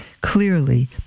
clearly